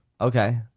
Okay